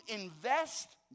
invest